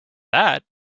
that